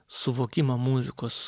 suvokimą muzikos